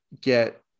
get